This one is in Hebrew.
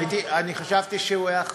אני חשבתי שהוא יהיה אחרי.